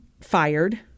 fired